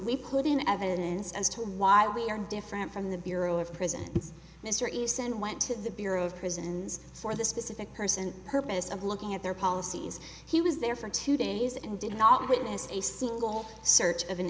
o put in evidence as to why we are different from the bureau of prisons mr east and went to the bureau of prisons for the specific person purpose of looking at their policies he was there for two days and did not witness a single search